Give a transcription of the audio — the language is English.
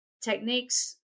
techniques